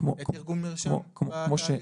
את איגוד מרשם בתהליך?